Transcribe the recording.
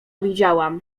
widziałam